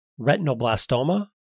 Retinoblastoma